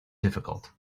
difficult